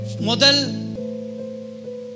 model